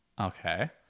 Okay